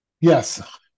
Yes